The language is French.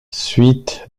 suite